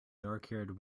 darkhaired